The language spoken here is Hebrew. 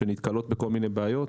שנתקלות בכל מיני בעיות.